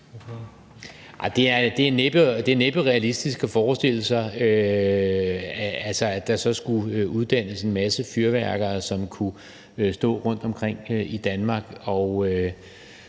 Det er næppe realistisk at forestille sig, at der skulle uddannes en masse fyrværkere, som kunne stå rundtomkring i Danmark